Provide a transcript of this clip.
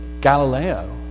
Galileo